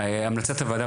המלצת הוועדה,